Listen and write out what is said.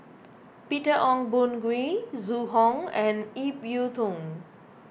Peter Ong Boon Kwee Zhu Hong and Ip Yiu Tung